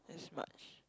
as much